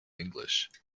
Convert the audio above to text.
english